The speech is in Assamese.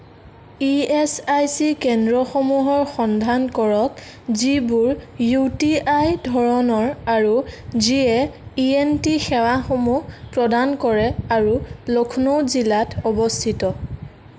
ই এছ আই চি কেন্দ্ৰসমূহৰ সন্ধান কৰক যিবোৰ ইউ টি আই ধৰণৰ আৰু যিয়ে ই এন টি সেৱাসমূহ প্ৰদান কৰে আৰু লক্ষ্ণৌ জিলাত অৱস্থিত